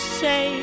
say